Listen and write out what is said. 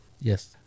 Yes